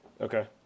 okay